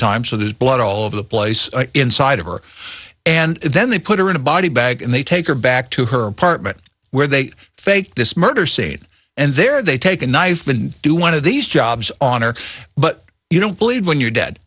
time so there's blood all over the place inside of her and then they put her in a body bag and they take her back to her apartment where they fake this murder scene and there they take a knife and do one of these jobs on her but you don't believe when you're dead